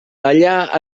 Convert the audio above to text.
allà